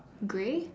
grey